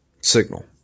signal